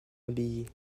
abbaye